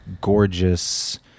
gorgeous